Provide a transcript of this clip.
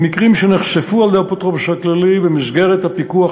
הם מקרים שנחשפו על-ידי האפוטרופוס הכללי במסגרת הפיקוח